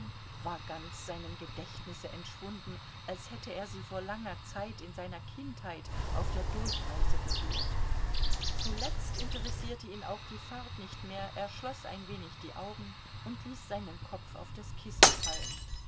war ganz seinem gedächtnisse entschwunden als hätte er sie vor langer zeit in seiner kindheit auf der durchreise berührt zuletzt interessierte ihn auch die fahrt nicht mehr er schloß ein wenig die augen und ließ seinen kopf auf das kissen fallen